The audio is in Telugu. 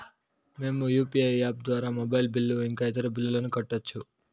మేము యు.పి.ఐ యాప్ ద్వారా మొబైల్ బిల్లు ఇంకా ఇతర బిల్లులను కట్టొచ్చు